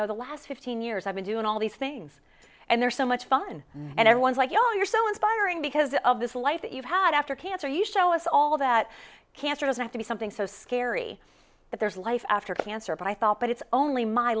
know the last fifteen years i've been doing all these things and they're so much fun and everyone's like oh you're so inspiring because of this life that you've had after cancer you show us all that cancer doesn't have to be something so scary that there's life after cancer but i thought but it's only my